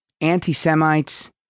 anti-Semites